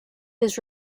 his